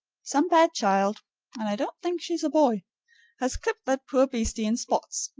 some bad child and i don't think she's a boy has clipped that poor beastie in spots,